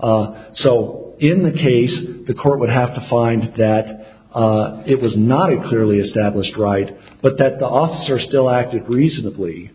officer so in that case the court would have to find that it was not a clearly established right but that the officer still acted reasonably